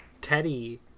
teddy